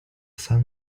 sun